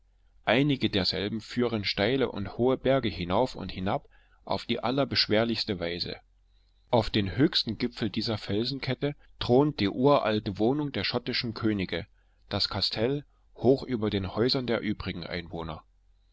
einige derselben führen steile und hohe berge hinauf und hinab auf die allerbeschwerlichste weise auf den höchsten gipfel dieser felsenkette thront die uralte wohnung der schottischen könige das kastell hoch über den häusern der übrigen einwohner